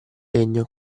legno